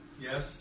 Yes